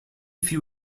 few